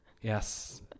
yes